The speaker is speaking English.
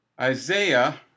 Isaiah